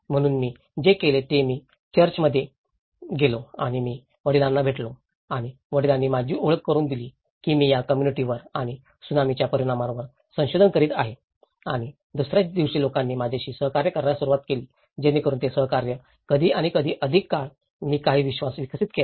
म्हणून मी जे केले तेच मी चर्चमध्ये गेलो आणि मी वडिलांना भेटलो आणि वडिलांनी माझी ओळख करुन दिली की मी या कम्म्युनिटी वर आणि त्सुनामीच्या परिणामावर संशोधन करीत आहे आणि दुसर्याच दिवशी लोकांनी माझ्याशी सहकार्य करण्यास सुरवात केली जेणेकरून ते सहकार्य कधी आणि कधी अधिक काळ मी काही विश्वास विकसित केला